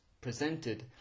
presented